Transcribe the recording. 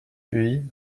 puis